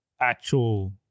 actual